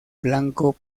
blanco